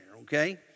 okay